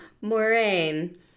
Moraine